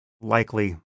likely